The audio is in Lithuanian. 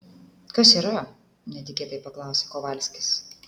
kas yra netikėtai paklausė kovalskis